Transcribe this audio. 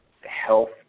health